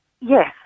yes